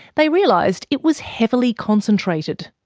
they realised it was heavily concentrated.